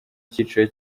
cyiciro